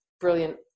brilliant